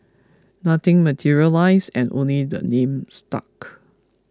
nothing materialised and only the name stuck